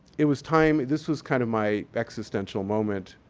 it was time. this was kind of my existential moment.